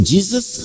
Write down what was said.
Jesus